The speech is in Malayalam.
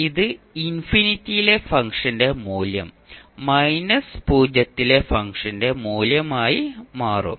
ഇത് ഇൻഫിനിറ്റിയിലെ ഫംഗ്ഷന്റെ മൂല്യം മൈനസ് പൂജ്യത്തിലെ ഫംഗ്ഷന്റെ മൂല്യം ആയി മാറും